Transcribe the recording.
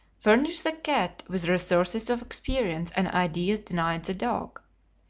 furnish the cat with resources of experience and ideas denied the dog.